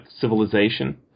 civilization